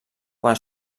quan